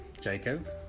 Jacob